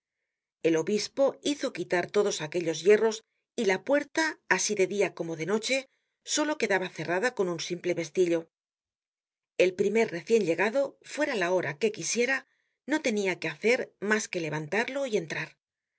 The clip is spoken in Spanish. el obispo hizo quitar todos aquellos hierros y la puerta asi de dia como de noche solo quedaba cerrada con un simple pestillo el primer recien llegado fuera la hora que quisiera no tenia que hacer mas que levantarlo y entrar al